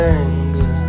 anger